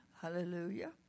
hallelujah